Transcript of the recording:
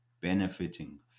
benefiting